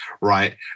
right